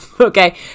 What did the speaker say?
okay